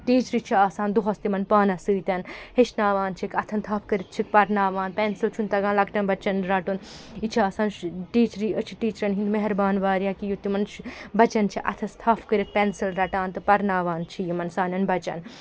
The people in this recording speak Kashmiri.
ٹیٖچرٕ چھِ آسان دۄہَس تِمَن پانَس سۭتۍ ہیٚچھناوان چھِکھ اَتھَن تھَپھ کٔرِتھ چھِکھ پَرناوان پٮ۪نَسل چھُنہٕ تَگان لۄکٹ۪ن بَچَن رَٹُن یہِ چھِ آسان ٹیٖچرٕے أسۍ چھِ ٹیٖچرَن ہِنٛدۍ مہربان واریاہ کہِ یُت تِمَن بَچَن چھِ اَتھَس تھَپھ کٔرِتھ پٮ۪نَسل رَٹان تہٕ پَرناوان چھِ یِمَن سانٮ۪ن بَچَن